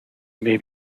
may